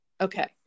Okay